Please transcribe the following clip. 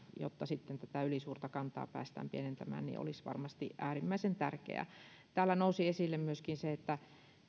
jotta tätä ylisuurta kantaa päästään pienentämään olisi varmasti äärimmäisen tärkeää täällä nousi esille myöskin se että